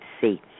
see